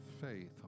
faith